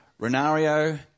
Renario